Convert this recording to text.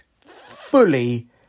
fully